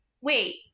wait